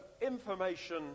information